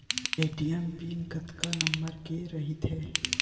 ATM pin कतका number के रही थे?